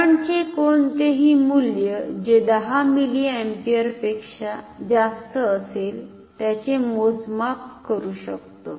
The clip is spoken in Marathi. करंट चे कोणतेही मुल्य जे १० मिलीअमपियरपेक्षा जास्त असेल त्याचे मोजमाप करु शकतो